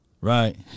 right